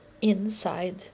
inside